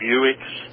Buicks